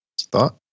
Thought